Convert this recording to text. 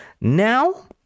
Now